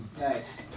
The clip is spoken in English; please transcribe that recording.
Nice